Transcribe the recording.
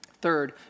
Third